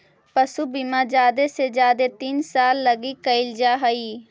पशु बीमा जादे से जादे तीन साल लागी कयल जा हई